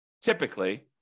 typically